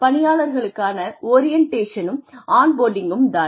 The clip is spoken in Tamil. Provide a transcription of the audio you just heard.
பணியாளருக்கான ஓரியன்டேஷனும் ஆன் போர்டிங்கும் தான்